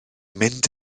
mynd